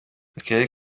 akarere